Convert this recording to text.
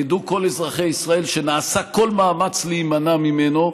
ידעו כל אזרחי ישראל שנעשה כל מאמץ להימנע ממנו.